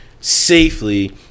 safely